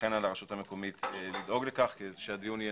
ולכן על הרשות המקומית לדאוג לכך כדי שהדיון יהיה